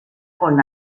con